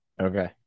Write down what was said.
Okay